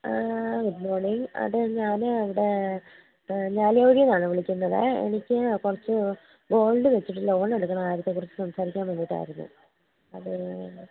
good അത് ഞാന് ഇവിടെ മേലൂരിൽ നിന്നാണ് വിളിക്കുന്നത് എനിക്ക് കുറച്ച് ഗോൾഡ് വെച്ചിട്ട് ലോൺ എടുക്കണമായിരുന്നു അതിനെ സംസാരിക്കാൻ വേണ്ടിയിട്ടായിരുന്നു അത്